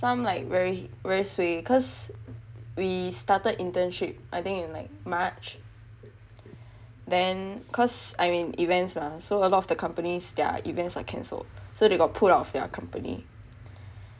some like very very suay cause we started internship I think in like march then cause I'm in events mah so a lot of the companies their events are cancelled so they got pulled out their company